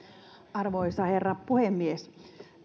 arvoisa herra puhemies